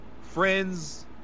Friends